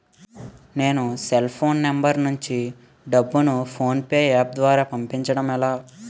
నేను cell phone number నుంచి డబ్బును ను ఫోన్పే అప్ ద్వారా పంపించడం ఎలా?